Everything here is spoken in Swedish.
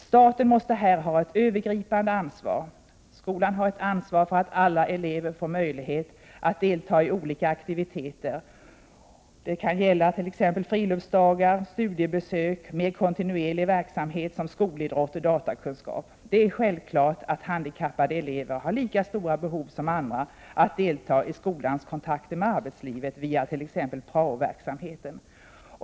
Staten måste här ha ett övergripande ansvar. Skolan har ett ansvar för att alla elever får möjlighet att delta i olika aktiviteter. Det kan t.ex. gälla friluftsdagar, studiebesök eller mer kontinuerlig verksamhet som skolidrott och undervisning i datakunskap. Det är självklart att handikappade elever har lika stort behov som andra av att delta i skolans kontakter med arbetslivet via t.ex. prao-verksamheten.